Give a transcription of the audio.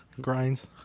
grinds